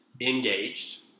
Engaged